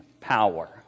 power